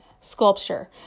sculpture